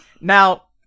Now